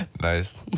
Nice